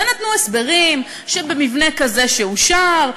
ונתנו הסברים שבמבנה כזה שאושר,